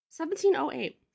1708